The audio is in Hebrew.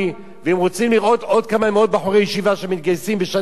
ואם רוצים לראות עוד כמה מאות בחורי ישיבה שמתגייסים בשנה הבאה,